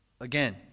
again